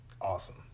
awesome